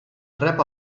rep